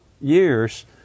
years